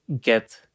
get